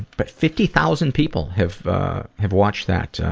but fifty thousand people have have watched that,